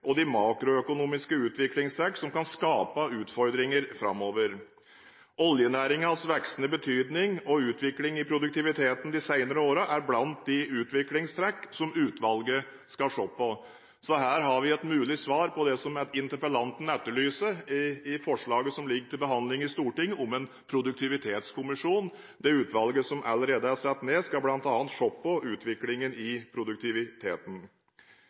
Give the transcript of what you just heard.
og de makroøkonomiske utviklingstrekk som kan skape utfordringer framover. Oljenæringens voksende betydning og utviklingen i produktiviteten de senere årene er blant de utviklingstrekk som utvalget skal se på, så her har vi et mulig svar på det som interpellanten etterlyser i forslaget som ligger til behandling i Stortinget om en produktivitetskommisjon. Det utvalget som allerede er satt ned, skal bl.a. se på utviklingen i produktiviteten.